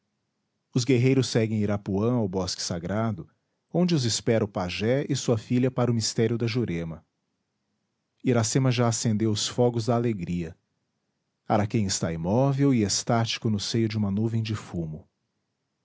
os guerreiros seguem irapuã ao bosque sagrado onde os espera o pajé e sua filha para o mistério da jurema iracema já acendeu os fogos da alegria araquém está imóvel e extático no seio de uma nuvem de fumo